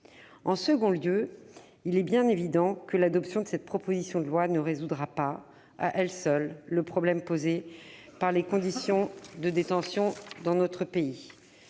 En second lieu, il est bien évident que l'adoption de cette proposition de loi ne résoudra pas, à elle seule, le problème posé par les conditions de détention dans notre pays.